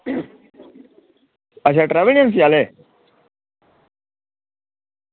अच्छा travel agency आह्ले